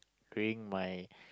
during my